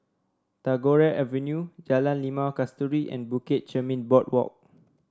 Tagore Avenue Jalan Limau Kasturi and Bukit Chermin Boardwalk